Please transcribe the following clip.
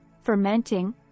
fermenting